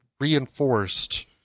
reinforced